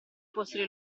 fossero